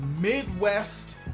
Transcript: Midwest